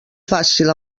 fàcil